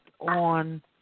on